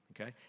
Okay